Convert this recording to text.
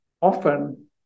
often